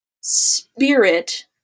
spirit